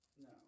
No